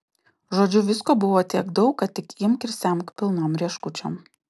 žodžiu visko buvo tiek daug kad tik imk ir semk pilnom rieškučiom